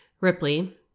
Ripley